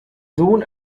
sohn